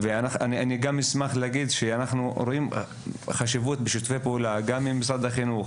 אני גם אגיד שנחנו רואים חשיבות בשיתופי פעולה בין כולם,